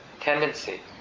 tendency